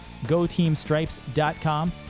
goteamstripes.com